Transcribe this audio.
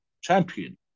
champion